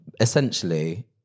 essentially